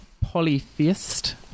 polytheist